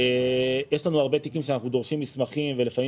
יש לנו הרבה תיקים שאנחנו דורשים מסמכים ולפעמים